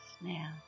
now